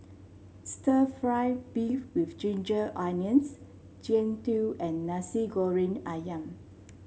stir fry beef with Ginger Onions Jian Dui and Nasi Goreng ayam